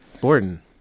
Borden